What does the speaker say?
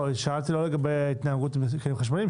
לא, אני שאלתי לא לגבי ההתנהגות עם כלים חשמליים.